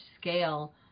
scale